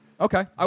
Okay